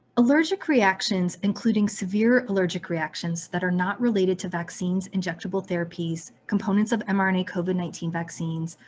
allergic reactions including severe allergic reactions that are not related to vaccines injectable therapies, components of mrna covid nineteen vaccines,